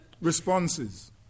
responses